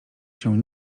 się